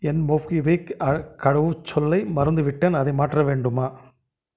என் MobiKwik கடவுச்சொல்லை மறந்துவிட்டேன் அதை மாற்ற வேண்டுமா